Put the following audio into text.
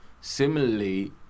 Similarly